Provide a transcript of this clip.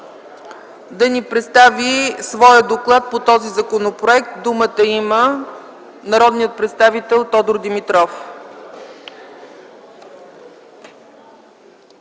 да ни представи своя доклад по този законопроект. Думата има народният представител Тодор Димитров.